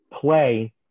play –